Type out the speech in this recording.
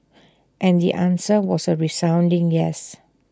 and the answer was A resounding yes